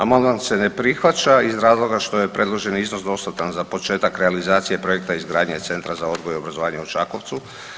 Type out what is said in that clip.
Amandman se ne prihvaća iz razloga što je predloženi iznos dostatan za početak realizacije projekta izgradnje Centra za odgoj i obrazovanje u Čakovcu.